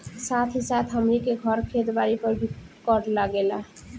साथ ही साथ हमनी के घर, खेत बारी पर भी कर लागेला